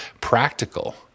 practical